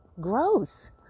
gross